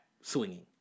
swinging